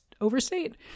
overstate